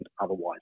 otherwise